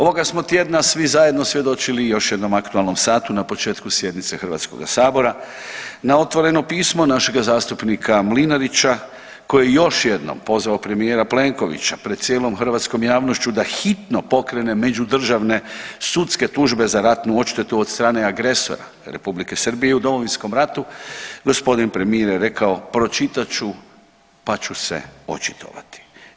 Ovoga smo tjedna svi zajedno svjedočili još jednom aktualnom satu na početku sjednice HS, na otvoreno pismo našega zastupnika Mlinarića koji je još jednom pozvao premijera Plenkovića pred cijelom hrvatskom javnošću da hitno pokrene međudržavne sudske tužbe za ratnu odštetu od strane agresora Republike Srbije u Domovinskom ratu, g. premijer je rekao pročitat ću, pa ću se očitovati.